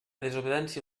desobediència